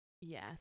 Yes